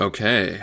Okay